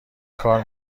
کار